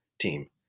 team